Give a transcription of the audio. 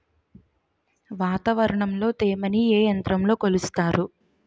వాతావరణంలో తేమని ఏ యంత్రంతో కొలుస్తారు?